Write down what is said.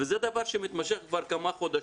וזה דבר שמתמשך כבר כמה חודשים.